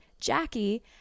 Jackie